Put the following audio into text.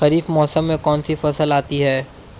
खरीफ मौसम में कौनसी फसल आती हैं?